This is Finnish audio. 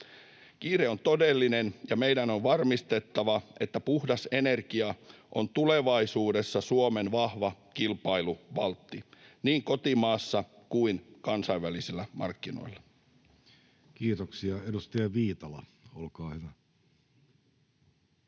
Kiire on todellinen, ja meidän on varmistettava, että puhdas energia on tulevaisuudessa Suomen vahva kilpailuvaltti niin kotimaassa kuin kansainvälisillä markkinoilla. [Speech 108] Speaker: